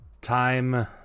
time